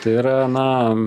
tai yra na